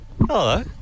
Hello